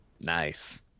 Nice